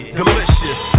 delicious